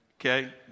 Okay